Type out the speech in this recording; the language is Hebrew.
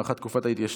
הארכת תקופת ההתיישנות),